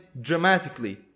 dramatically